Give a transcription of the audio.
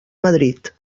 madrid